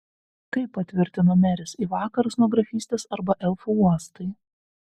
taip patvirtino meris į vakarus nuo grafystės arba elfų uostai